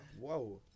Whoa